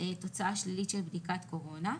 תוצאה שלילית של בדיקת קורונה.